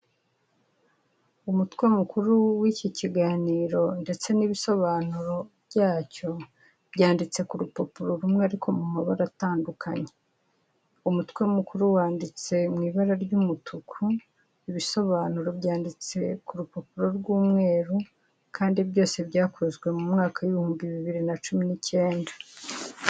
Umutwe mukuru w'iki kiganiro ndetse n'ibisobanuro byacyo byanditse ku rupapuro rumwe, ariko mu mabara atandukanye; umutwe mukuru wanditse mu ibara ry'umutuku, ibisobanuro byanditse ku rupapuro rw'umweru, kandi byose byakozwe mu mwaka w'ibihumbi bibiri na cumi n'icyenda.